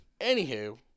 Anywho